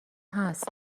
هست